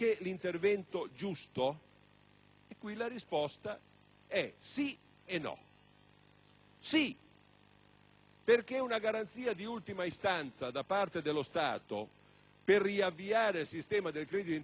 a questa domanda è sì e no. Sì, perché una garanzia di ultima istanza da parte dello Stato per riavviare il sistema del credito interbancario, a mia conoscenza